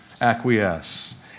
acquiesce